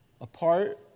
apart